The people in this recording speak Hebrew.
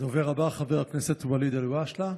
הדובר הבא, חבר הכנסת ואליד אלהואשלה.